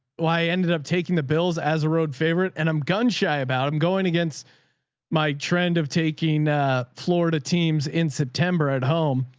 why i ended up taking the bills as a road favorite and i'm gun shy about i'm going against my trend of taking florida teams in september at home.